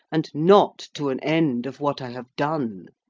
and not to an end of what i have done.